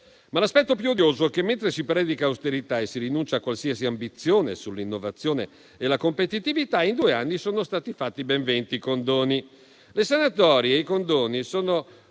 Ma l'aspetto più odioso è che mentre si predica austerità e si rinuncia a qualsiasi ambizione sull'innovazione e la competitività, in due anni sono stati fatti ben venti condoni. Le sanatorie e i condoni sono